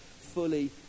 fully